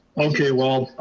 okay, well,